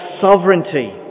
sovereignty